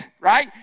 right